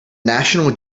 national